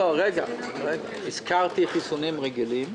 הזכרתי חיסונים רגילים,